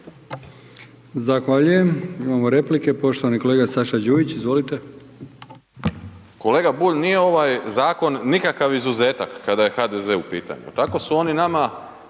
Zahvaljujem. Imamo replike poštovani kolega Saša Đujić, izvolite. **Đujić, Saša (SDP)** Kolega Bulj, nije ovaj zakon nikakav izuzetak kada je HDZ u pitanju, tako su oni nama